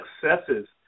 successes